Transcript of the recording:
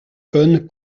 cosne